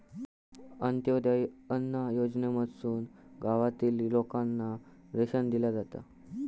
अंत्योदय अन्न योजनेमधसून गावातील लोकांना रेशन दिला जाता